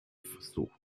versuch